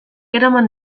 eraman